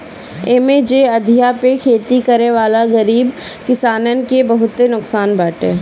इमे जे अधिया पे खेती करेवाला गरीब किसानन के बहुते नुकसान बाटे